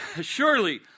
surely